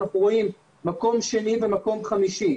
אנחנו רואים מקום שני ומקום חמישי.